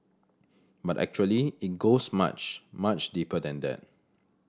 but actually it goes much much deeper than that